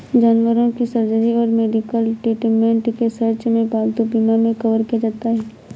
जानवरों की सर्जरी और मेडिकल ट्रीटमेंट के सर्च में पालतू बीमा मे कवर किया जाता है